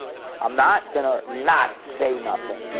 i'm not gonna not say nothing.